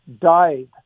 died